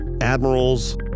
admirals